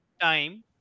time